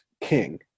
king